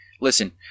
listen